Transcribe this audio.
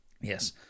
yes